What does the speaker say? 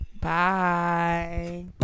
Bye